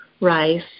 rice